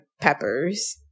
peppers